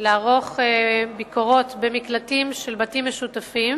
לערוך ביקורות במקלטים של בתים משותפים,